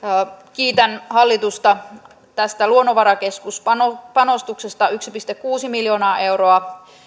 kiitän hallitusta tästä luonnonvarakeskuspanostuksesta yksi pilkku kuusi miljoonaa euroa